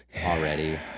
already